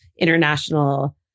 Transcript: international